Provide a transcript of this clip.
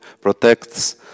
protects